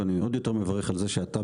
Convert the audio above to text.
ואני עוד יותר מברך על זה שאתה,